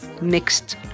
mixed